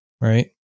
right